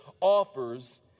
offers